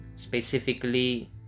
specifically